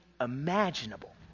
imaginable